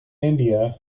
india